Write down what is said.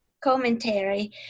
commentary